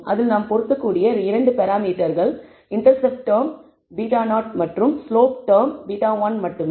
அதில் நாம் பொருத்தக்கூடிய 2 பராமீட்டர்கள் இண்டெர்செப்ட் டெர்ம் β0 மற்றும் ஸ்லோப் டெர்ம் β1 மட்டுமே